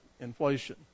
inflation